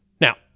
Now